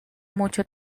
mucho